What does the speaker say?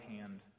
hand